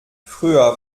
früher